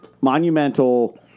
monumental